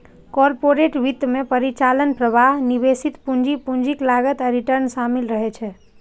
corporate वित्त मे परिचालन प्रवाह, निवेशित पूंजी, पूंजीक लागत आ रिटर्न शामिल रहै छै